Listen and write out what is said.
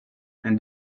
and